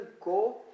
go